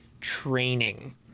training